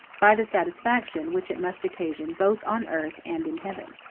by the satisfaction which it must occasion both on earth and in heaven.